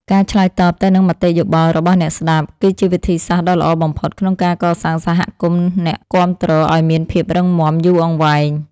ការឆ្លើយតបទៅនឹងមតិយោបល់របស់អ្នកស្តាប់គឺជាវិធីសាស្ត្រដ៏ល្អបំផុតក្នុងការកសាងសហគមន៍អ្នកគាំទ្រឱ្យមានភាពរឹងមាំយូរអង្វែង។